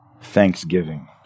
thanksgiving